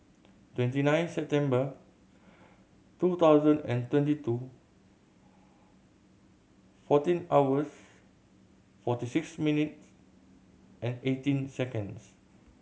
twenty nine September two thousand and twenty two fourteen hours forty six minutes and eighteen seconds